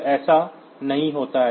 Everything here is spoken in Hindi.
तो ऐसा नहीं होता है